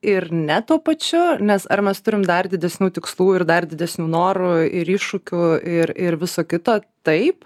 ir ne tuo pačiu nes ar mes turim dar didesnių tikslų ir dar didesnių norų ir iššūkių ir ir viso kito taip